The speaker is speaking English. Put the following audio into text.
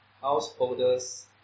Householders